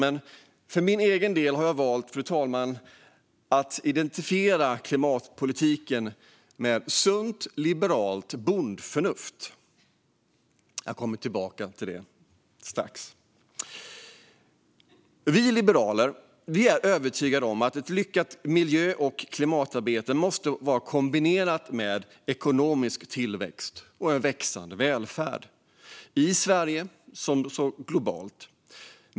Men för min egen del, fru talman, har jag valt att identifiera klimatpolitiken som sunt liberalt bondförnuft. Jag kommer tillbaka till det strax. Vi liberaler är övertygade om att ett lyckat miljö och klimatarbete måste vara kombinerat med ekonomisk tillväxt och en växande välfärd i Sverige såväl som globalt.